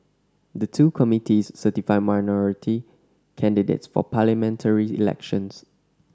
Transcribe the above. the two committees certify minority candidates for parliamentary elections